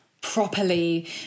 properly